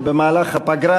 ובמהלך הפגרה